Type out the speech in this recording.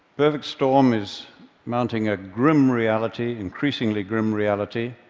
perfect storm is mounting a grim reality, increasingly grim reality,